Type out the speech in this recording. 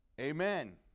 Amen